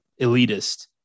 elitist